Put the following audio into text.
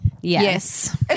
Yes